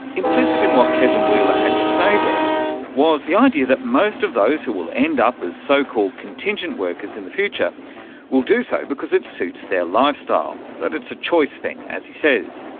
implicit in what kevin wheeler had to say there was the idea that most of those who will end up as so-called contingent workers in the future will do so because it suits their lifestyle, that it's a choice thing, as he says.